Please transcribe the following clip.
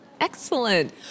Excellent